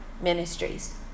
ministries